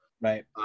Right